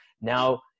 now